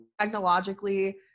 technologically